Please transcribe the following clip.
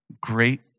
Great